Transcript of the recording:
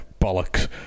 bollocks